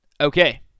Okay